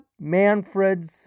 Manfred's